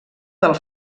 del